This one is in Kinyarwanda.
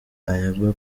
ayabba